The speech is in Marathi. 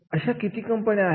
अशा किती कंपन्या आहेत